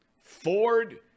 ford